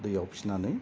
दैयाव फिसिनानै